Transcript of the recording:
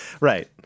Right